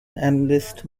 analyst